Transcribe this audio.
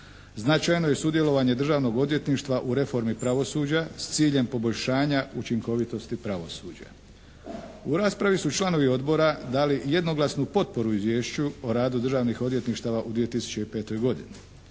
Značajno je sudjelovanje Državnog odvjetništva u reformi pravosuđa s ciljem poboljšanja učinkovitosti pravosuđa. U raspravi su članovi Odbora dali jednoglasnu potporu Izvješću o radu državnih odvjetništava u 2005. godini.